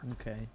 Okay